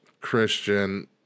Christian